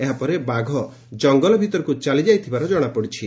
ଏହାପରେ ବାଘ ଜଙ୍ଗଲ ଭିତରକୁ ଚାଲିଯାଇଥିବା ଜଶାପଡିଛି